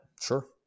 Sure